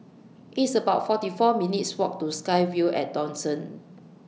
It's about forty four minutes' Walk to SkyVille At Dawson